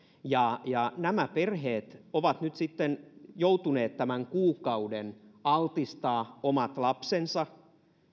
nämä perheet ovat nyt sitten joutuneet tämän kuukauden altistamaan omat lapsensa